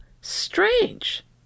strange